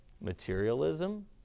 materialism